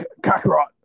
Kakarot